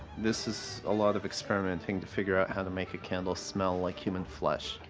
this is a lot of experimenting to figure out how to make a candle smell like human flesh.